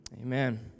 Amen